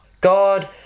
God